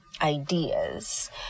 Ideas